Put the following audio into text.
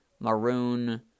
maroon